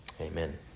Amen